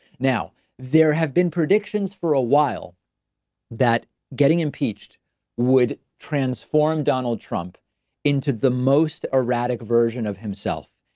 now there have been predictions for a while that getting impeached would transform donald trump into the most erratic version of himself.